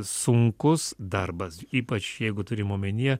sunkus darbas ypač jeigu turima omenyje